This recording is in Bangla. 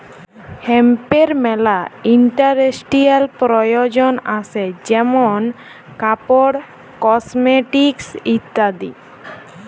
হেম্পের মেলা ইন্ডাস্ট্রিয়াল প্রয়জন আসে যেমন কাপড়, কসমেটিকস ইত্যাদি